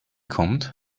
kommt